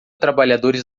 trabalhadores